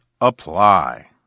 apply